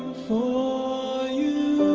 full